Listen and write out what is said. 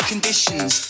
conditions